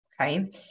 Okay